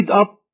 up